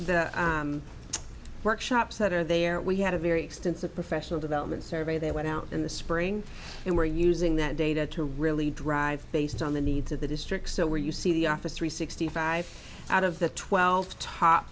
the workshops that are there we had a very extensive professional development survey they went out in the spring and we're using that data to really drive based on the needs of the district so where you see the office three sixty five out of the twelve top